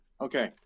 Okay